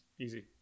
Easy